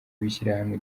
w’ishyirahamwe